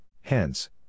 Hence